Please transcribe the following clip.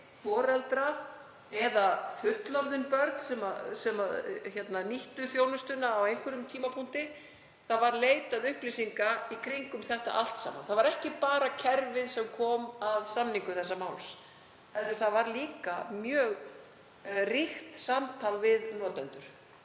foreldra eða fullorðna sem nýttu þjónustuna sem börn á einhverjum tímapunkti. Leitað var upplýsinga í kringum það allt saman, það var ekki bara kerfið sem kom að samningu þessa máls. Einnig var mjög ríkt samtal við notendur